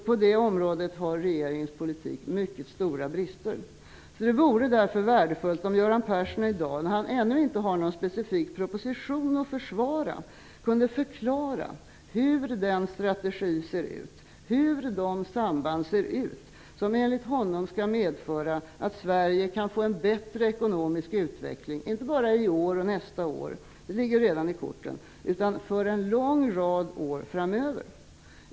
På det området har regeringens politik mycket stora brister. Det vore därför värdefullt om Göran Persson i dag, när han ännu inte har en specifik proposition att försvara, kunde förklara hur den strategi ser ut och hur de samband ser ut som enligt honom skall medföra att Sverige kan få en bättre ekonomisk utveckling inte bara i år och nästa år - det ligger redan i korten - utan också för en lång rad år framöver.